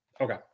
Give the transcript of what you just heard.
okay